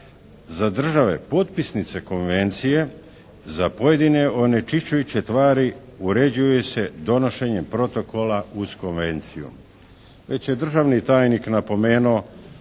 za države potpisnice konvencije za pojedine onečišćujuće tvari uređuje se donošenjem protokola uz konvenciju. Već je državni tajnik napomenuo